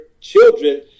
children